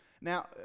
now